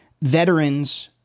veterans